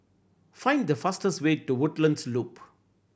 find the fastest way to Woodlands Loop